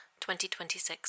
2026